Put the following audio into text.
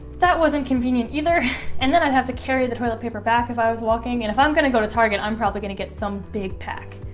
that wasn't convenient either and then i'd have to carry the toilet paper back if i was walking and if i'm gonna go to target i'm probably gonna get some big pack